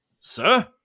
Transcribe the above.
sir